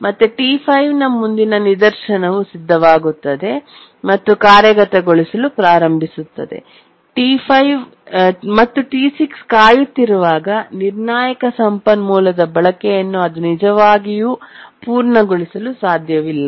ಮತ್ತೆ T5 ನ ಮುಂದಿನ ನಿದರ್ಶನವು ಸಿದ್ಧವಾಗುತ್ತದೆ ಮತ್ತು ಕಾರ್ಯಗತಗೊಳಿಸಲು ಪ್ರಾರಂಭಿಸುತ್ತದೆ ಮತ್ತು T6 ಕಾಯುತ್ತಿರುವಾಗ ನಿರ್ಣಾಯಕ ಸಂಪನ್ಮೂಲದ ಬಳಕೆಯನ್ನು ಅದು ನಿಜವಾಗಿಯೂ ಪೂರ್ಣಗೊಳಿಸಲು ಸಾಧ್ಯವಿಲ್ಲ